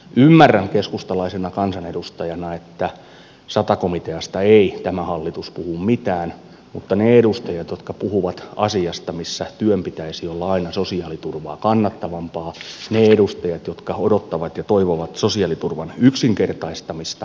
ymmärrän keskustalaisena kansanedustajana että tämä hallitus ei puhu sata komiteasta mitään mutta ne edustajat jotka puhuvat asiasta missä työn pitäisi olla aina sosiaaliturvaa kannattavampaa ne edustajat jotka odottavat ja toivovat sosiaaliturvan yksinkertaistamista